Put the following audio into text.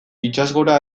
itsasgora